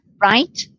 Right